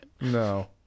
no